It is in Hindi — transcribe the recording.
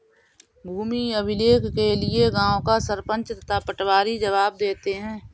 भूमि अभिलेख के लिए गांव का सरपंच तथा पटवारी जवाब देते हैं